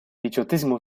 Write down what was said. diciottesimo